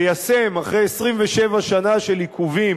ליישם אחרי 27 שנה של עיכובים